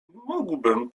mógłbym